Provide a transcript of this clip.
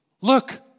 look